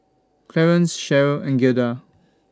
Clearence Cherryl and Giada